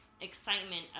excitement